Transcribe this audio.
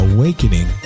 Awakening